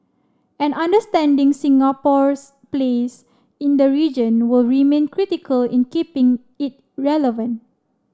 and understanding Singapore's place in the region will remain critical in keeping it relevant